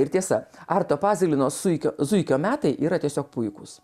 ir tiesa arto pazilino suikio zuikio metai yra tiesiog puikūs